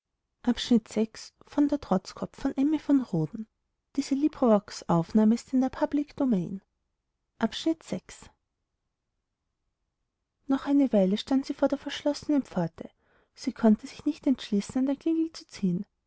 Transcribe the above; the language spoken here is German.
noch eine weile stand sie vor der verschlossenen pforte sie konnte sich nicht entschließen an der klingel zu ziehen